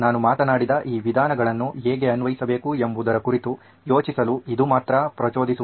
ನಾನು ಮಾತನಾಡಿದ ಈ ವಿಧಾನಗಳನ್ನು ಹೇಗೆ ಅನ್ವಯಿಸಬೇಕು ಎಂಬುದರ ಕುರಿತು ಯೋಚಿಸಲು ಇದು ಮಾತ್ರ ಪ್ರಚೋದಿಸುವುದು